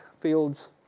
fields